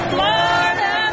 Florida